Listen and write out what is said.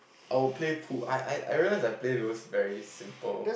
I will play pool I I I realize that I play those very simple